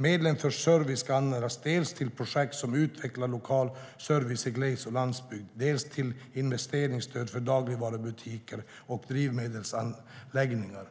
Medlen för service ska användas dels till projekt som utvecklar lokal service i gles och landsbygd, dels till investeringsstöd för dagligvarubutiker och drivmedelsanläggningar.